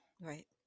right